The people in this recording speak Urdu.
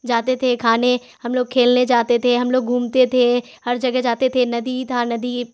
جاتے تھے کھانے ہم لوگ کھیلنے جاتے تھے ہم لوگ گھومتے تھے ہر جگہ جاتے تھے ندی تھا ندی